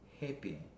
happy